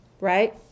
right